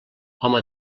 home